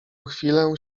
chwilę